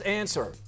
answer